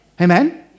Amen